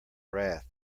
wrath